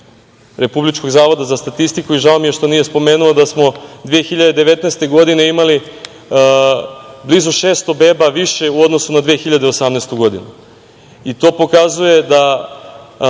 Republičkog zavoda za statistiku i žao mi je što nije spomenuo da smo 2019. godine, imali blizu 600 beba više u odnosu na 2018. godinu. To pokazuje da